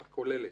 הכוללת,